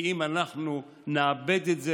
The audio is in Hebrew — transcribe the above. כי אם אנחנו נאבד את זה,